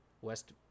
West